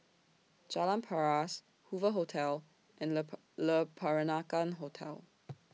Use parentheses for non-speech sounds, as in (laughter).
Jalan Paras Hoover Hotel and (unintelligible) Le Peranakan Hotel